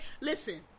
listen